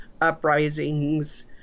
uprisings